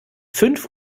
fünf